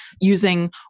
using